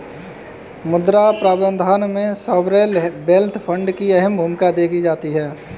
मुद्रा प्रबन्धन में सॉवरेन वेल्थ फंड की अहम भूमिका देखी जाती है